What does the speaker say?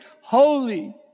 holy